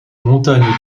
montagnes